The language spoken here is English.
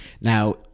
Now